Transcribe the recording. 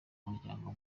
bw’umuryango